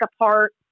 apart